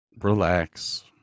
Relax